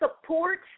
support